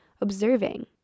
observing